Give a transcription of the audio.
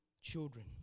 children